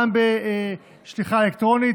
וגם בשליחה אלקטרונית,